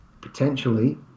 potentially